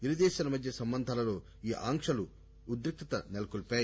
ఇరుదేశాల మధ్య సంబంధాలలో ఈ ఆంక్షలు ఉద్రిక్తత నెలకొల్పాయి